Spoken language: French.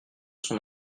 son